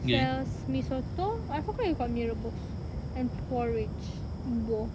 sells mi soto I forgot if got mi rebus and porridge bubur